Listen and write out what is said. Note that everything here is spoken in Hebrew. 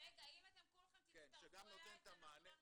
כן, שגם נותן את המענה.